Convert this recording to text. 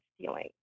stealing